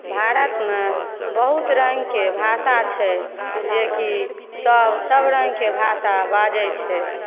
भारतमे बहुत रङ्गके भाषा छै जेकि सभ सभ रङ्गके भाषा बाजय छै